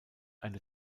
eine